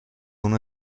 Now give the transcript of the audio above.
una